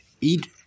eat